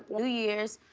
new years,